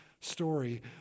story